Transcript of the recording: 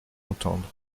entendre